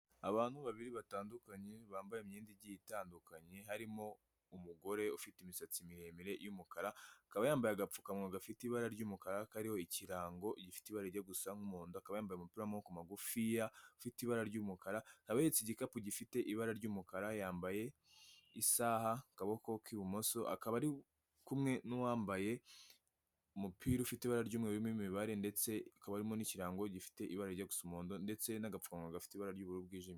Abantu babiri batandukanye bambaye imyenda igiye itandukanye, harimo umugore ufite imisatsi miremire y'umukara; akaba yambaye agapfukamunwa gafite ibara ry'umukara, kariho ikirango gifite ibara rijya gusa nk'umuhondo; akaba yambaye umupiramo w'amaboko magufi afite ibara ry'umukara, akaba ahetse igikapu gifite ibara ry'umukara. Yambaye isaha ku kaboko k'ibumoso, akaba ari kumwe n'uwambaye umupira ufite ibara ry'umweru urimo imibare, ndetse ikaba irimo n'ikirango gifite ibara rijya gusa umuhondo, ndetse n'agapukamunwa gafite ibara ry'uburu bwijimye.